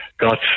got